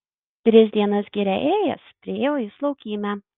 tris dienas giria ėjęs priėjo jis laukymę